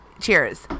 Cheers